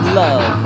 love